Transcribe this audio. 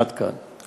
עד כאן.